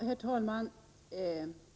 Herr talman!